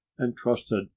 entrusted